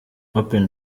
open